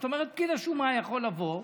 זאת אומרת, פקיד השומה יכול לבוא,